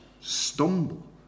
stumble